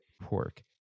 pork